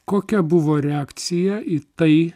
kokia buvo reakcija į tai